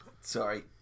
Sorry